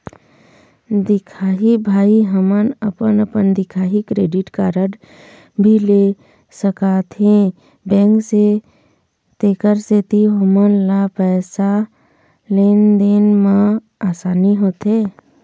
दिखाही भाई हमन अपन अपन दिखाही क्रेडिट कारड भी ले सकाथे बैंक से तेकर सेंथी ओमन ला पैसा लेन देन मा आसानी होथे?